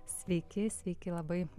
sveiki sveiki labai